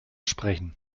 sprechen